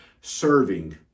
serving